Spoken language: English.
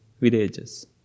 villages